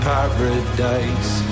Paradise